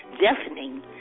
deafening